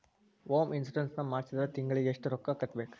Home insurance ನ ಮಾಡ್ಸಿದ್ರ ತಿಂಗ್ಳಿಗೆ ಎಷ್ಟ್ ರೊಕ್ಕಾ ಕಟ್ಬೇಕ್?